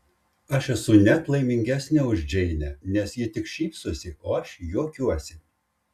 aš esu net laimingesnė už džeinę nes ji tik šypsosi o aš juokiuosi